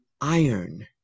iron